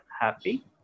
happy